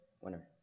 winner